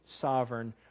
sovereign